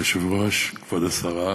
אדוני היושב-ראש, כבוד השרה,